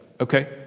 Okay